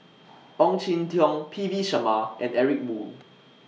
Ong Jin Teong P V Sharma and Eric Moo